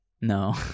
No